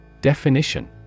DEFINITION